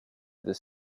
des